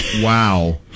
Wow